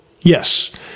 Yes